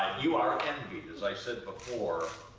you are envied, as i said before.